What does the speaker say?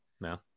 no